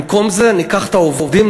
במקום זה ניקח את העובדים,